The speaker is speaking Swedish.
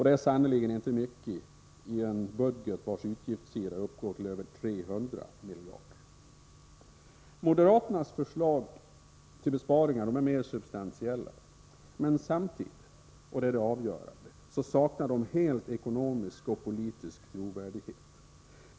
Det är sannerligen inte mycket i en budget vars utgiftssida uppgår till över 300 miljarder. Moderaternas förslag till besparingar är mera substantiella. Men samtidigt —- och det är det avgörande — saknar de helt ekonomisk och politisk trovärdighet.